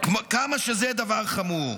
כמה שזה דבר חמור.